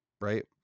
Right